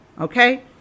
okay